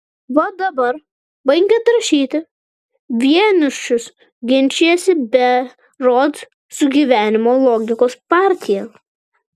va dabar baigiant rašyti vienišius ginčijasi berods su gyvenimo logikos partija